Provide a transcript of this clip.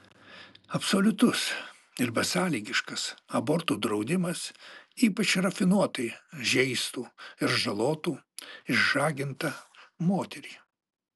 absoliutus ir besąlygiškas abortų draudimas ypač rafinuotai žeistų ir žalotų išžagintą moterį